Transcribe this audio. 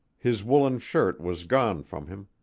his woollen shirt was gone from him.